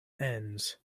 ends